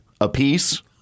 apiece